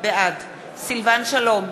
בעד סילבן שלום,